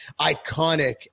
iconic